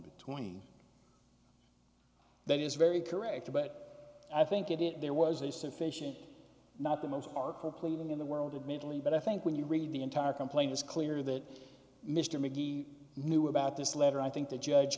between that is very correct but i think it it there was a sufficient not the most are completely in the world of mentally but i think when you read the entire complaint is clear that mr mcgee knew about this letter i think the judge